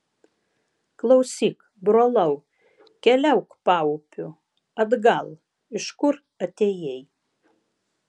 klausyk brolau keliauk paupiu atgal iš kur atėjai